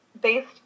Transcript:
based